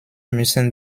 müssen